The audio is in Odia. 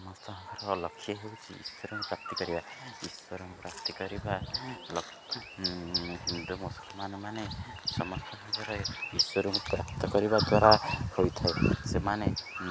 ସମସ୍ତଙ୍କର ଲକ୍ଷ୍ୟ ହେଉଛି ଈଶ୍ୱରଙ୍କୁ ପ୍ରାପ୍ତି କରିବା ଈଶ୍ୱରଙ୍କୁ ପ୍ରାପ୍ତି କରିବା ହିନ୍ଦୁ ମୁସଲମାନମାନେ ସମସ୍ତ ଭାବରେ ଈଶ୍ୱରଙ୍କୁ ପ୍ରାପ୍ତ କରିବା ଦ୍ୱାରା ହୋଇଥାଏ ସେମାନେ